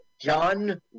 John